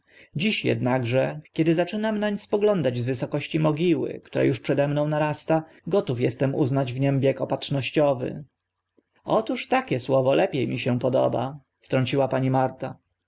dziś ednakże kiedy zaczynam nań spoglądać z wysokości mogiły która uż przede mną narasta gotów estem uznać w nim bieg opatrznościowy otóż takie słowo lepie mi się podoba wtrąciła pani marta